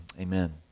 amen